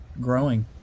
growing